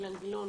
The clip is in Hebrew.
אילן גילאון,